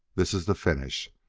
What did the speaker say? this is the finish.